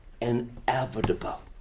inevitable